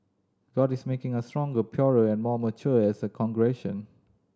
god is making us stronger purer and more mature as a congregation